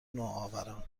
نوآوران